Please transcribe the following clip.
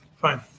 Fine